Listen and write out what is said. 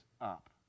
up